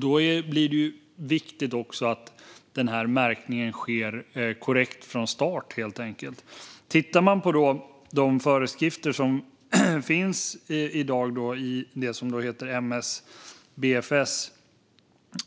Det är då viktigt att märkningen sker korrekt redan från start. De föreskrifter som finns i dag är det som heter MSBFS